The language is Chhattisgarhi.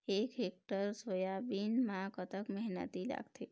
एक हेक्टेयर सोयाबीन म कतक मेहनती लागथे?